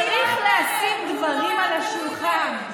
צריך לשים דברים על השולחן.